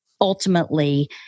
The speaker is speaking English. ultimately